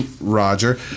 Roger